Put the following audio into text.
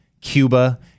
Cuba